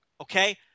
okay